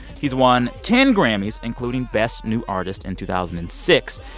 he's won ten grammys, including best new artist in two thousand and six.